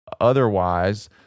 otherwise